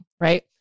right